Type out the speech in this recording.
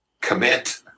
Commit